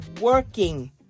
working